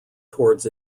towards